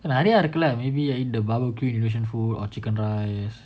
and I didn't articulate maybe you're in the barbecue indonesian food or chicken rice